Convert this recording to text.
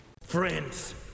Friends